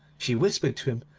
she whispered to him,